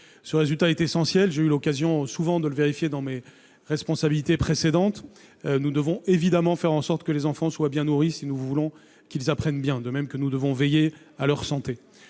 Ce résultat est essentiel, comme j'ai eu souvent l'occasion de le vérifier dans mes précédentes fonctions. Nous devons évidemment faire en sorte que les enfants soient bien nourris si nous voulons qu'ils apprennent correctement, de même que nous devons veiller à leur santé.